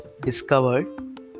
discovered